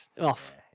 Off